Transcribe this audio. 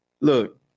Look